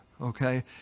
Okay